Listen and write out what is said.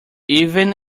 even